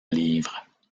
livres